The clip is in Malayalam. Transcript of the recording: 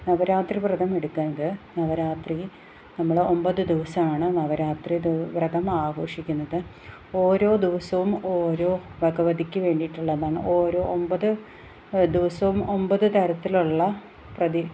നവരാത്രിവ്രതം എടുക്കുന്നത് നവരാത്രി നമ്മള് ഒമ്പത് ദിവസമാണ് നവരാത്രി വ്രതം ആഘോഷിക്കുന്നത് ഓരോ ദിവസവും ഓരോ ഭഗവതിക്ക് വേണ്ടിയിട്ടുള്ളതാണ് ഓരോ ഒമ്പത് ദിവസവും ഒമ്പത് തരത്തിലുള്ള പ്രതി